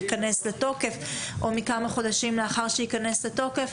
ייכנס לתוקף או כמה חודשים לאחר שייכנס לתוקף.